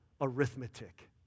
arithmetic